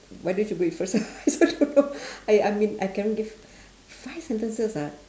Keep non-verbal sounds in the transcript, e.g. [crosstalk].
why don't you be first [laughs] I also don't know I I mean I cannot give five sentences ah